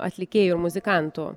atlikėjų ir muzikantų